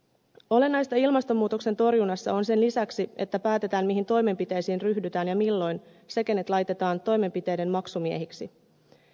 olennaista ilmastonmuutoksen torjunnassa on sen lisäksi että päätetään mihin toimenpiteisiin ryhdytään ja milloin se kenet laitetaan toimenpiteiden maksumieheksi